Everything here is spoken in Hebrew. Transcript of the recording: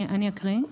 אני אקריא,